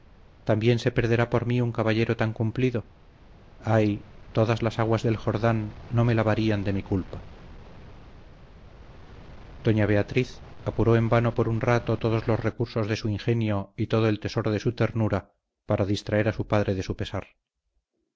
también se perderá por mí un caballero tan cumplido ay todas las aguas del jordán no me lavarían de mi culpa doña beatriz apuró en vano por un rato todos los recursos de su ingenio y todo el tesoro de su ternura para distraer a su padre de su pesar